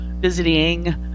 visiting